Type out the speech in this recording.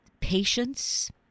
patience